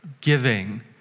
giving